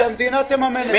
אז שהמדינה תממן את זה.